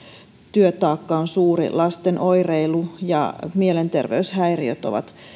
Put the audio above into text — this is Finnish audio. työtaakka on suuri lasten oireilu ja mielenterveyshäiriöt ovat